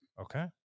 okay